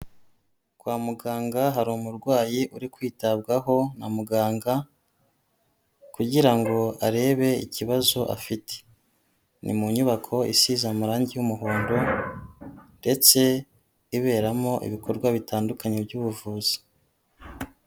Kwa muganga hari umurwayi uri kwitabwaho na muganga kugira ngo arebe ikibazo afite, ni mu nyubako isize amarangi y'umuhondo ndetse iberamo ibikorwa bitandukanye by'ubuvuzi.